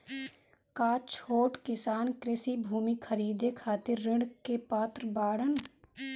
का छोट किसान कृषि भूमि खरीदे खातिर ऋण के पात्र बाडन?